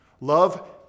Love